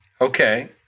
Okay